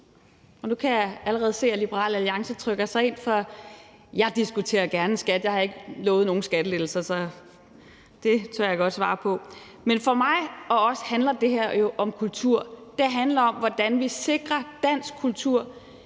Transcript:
Venstre handler det her jo om kultur. Det handler om, hvordan vi sikrer dansk kultur